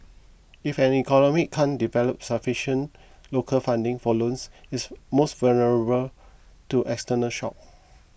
if an economy can't develop sufficient local funding for loans it's more vulnerable to external shock